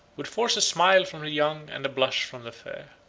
would force a smile from the young and a blush from the fair.